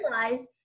realize